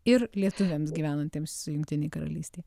ir lietuviams gyvenantiems jungtinėj karalystėj